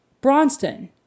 Bronston